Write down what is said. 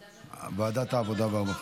ועדת העבודה והרווחה.